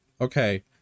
okay